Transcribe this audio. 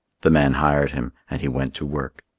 the man hired him, and he went to work.